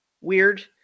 weird